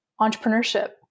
entrepreneurship